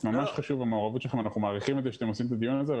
אנחנו מעריכים את זה שאתם עושים את הדיון הזה,